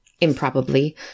improbably